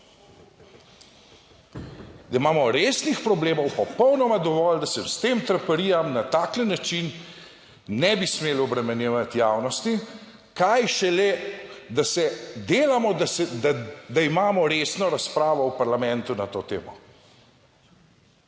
da imamo resnih problemov popolnoma dovolj, da se s tem traparijami na takle način ne bi smeli obremenjevati javnosti, kaj šele, da se delamo, da imamo resno razpravo v parlamentu na to temo.